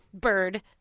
bird